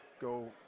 go –